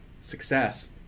success